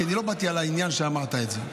כי לא באתי על העניין שאמרת את זה.